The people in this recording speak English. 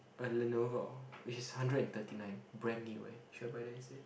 a Lenovo which is hundred and thirty nine brand new eh should I buy then say